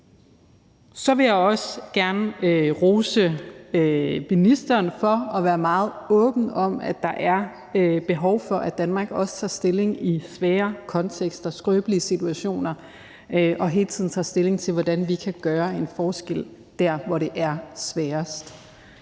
Så vil jeg også gerne rose ministeren for at være meget åben om, at der er behov for, at Danmark også tager stilling i svære kontekster, skrøbelige situationer og hele tiden tager stilling til, hvordan vi kan gøre en forskel der, hvor det er sværest.